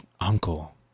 Uncle